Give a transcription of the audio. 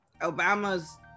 Obama's